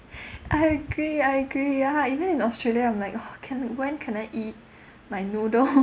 I agree I agree ya even in australia I'm like oh can when can I eat my noodle